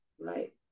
right